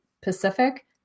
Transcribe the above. Pacific